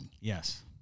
Yes